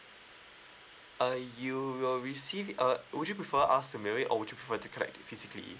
uh you will receive a would you prefer us to mail it or would you prefer to collect physically